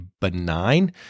benign